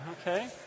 okay